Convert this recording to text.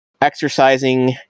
exercising